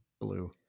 blue